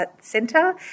centre